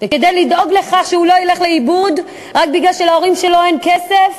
וכדי לדאוג לכך שהוא לא ילך לאיבוד רק בגלל שלהורים שלו אין כסף,